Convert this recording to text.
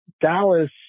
Dallas